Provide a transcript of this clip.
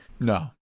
no